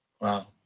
Wow